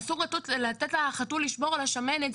אסור לתת לחתול לשמור על השמנת.